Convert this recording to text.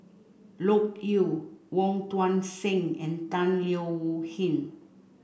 Loke Yew Wong Tuang Seng and Tan Leo Wee Hin